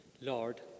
Lord